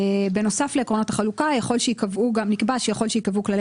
בנוסף לעקרונות החלוקה נקבע שיכול שייקבעו כללי